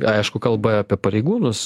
aišku kalba apie pareigūnus